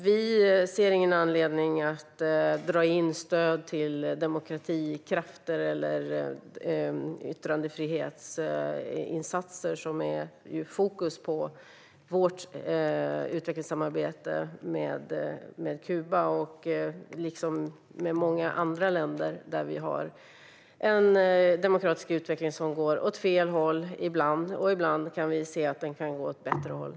Vi ser ingen anledning att dra in stöd till demokratikrafter eller yttrandefrihetsinsatser, som är fokus på vårt utvecklingssamarbete med Kuba liksom med många andra länder där det råder en demokratisk utveckling som ibland går åt fel håll. Ibland går den åt ett bättre håll.